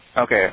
Okay